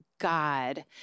God